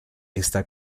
está